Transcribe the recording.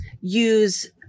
use